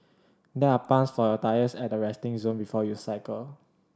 there are pumps for your tyres at the resting zone before you cycle